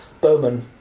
Bowman